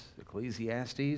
Ecclesiastes